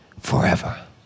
forever